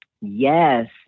Yes